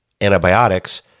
antibiotics